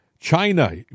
China